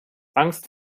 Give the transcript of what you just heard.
angst